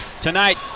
tonight